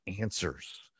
answers